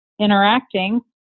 interacting